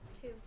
Two